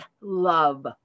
love